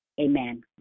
Amen